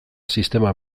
sistema